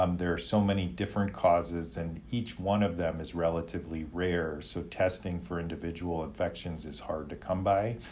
um there are so many different causes and each one of them is relatively rare. so testing for individual infections is hard to come by.